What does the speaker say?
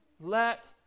let